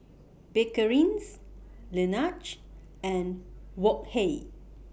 Bakerzin Laneige and Wok Hey